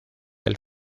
del